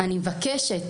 אני מבקשת,